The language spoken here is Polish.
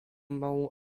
małą